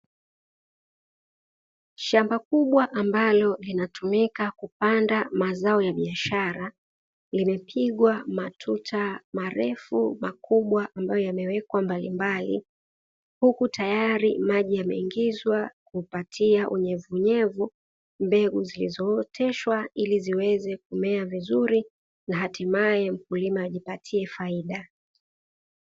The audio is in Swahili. Shamba kubwa ambalo linatumika kupanda mazao ya biashara, limepigwa matuta marefu, makubwa ambayo yamewekwa mbalimbali, huku tayari maji yameingizwa kumpatia unyevunyevu mbegu zilizooteshwa ili ziweze kumea vizuri na hatimaye mkulima ajipatie faida.